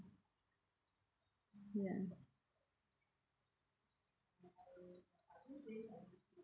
ya